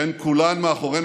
כולן מאחורינו.